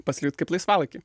pasilikt kaip laisvalaikį